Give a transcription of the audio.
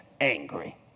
angry